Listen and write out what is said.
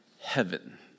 heaven